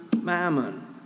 mammon